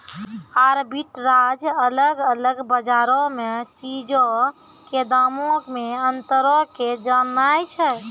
arbitrage अलग अलग बजारो मे चीजो के दामो मे अंतरो के जाननाय छै